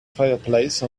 fireplace